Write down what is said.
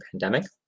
pandemic